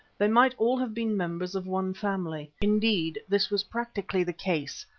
they might all have been members of one family indeed, this was practically the case,